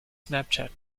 snapchat